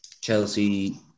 Chelsea